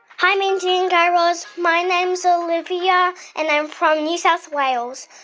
hi, mindy and guy raz. my name's olivia. and i'm from new south wales,